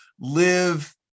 live